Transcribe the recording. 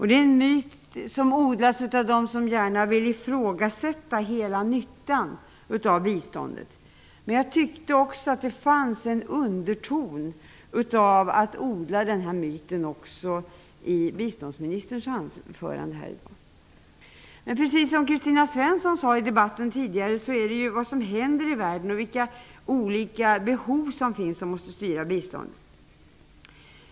Det är en myt som odlas av dem som gärna vill ifrågasätta hela nyttan av biståndet. Jag tyckte också att det fanns en underton av denna myt i biståndsministerns anförande. Precis som Kristina Svensson sade tidigare i debatten är det ju vad som händer i världen och vilka olika behov som finns som måste styra biståndet.